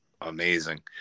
amazing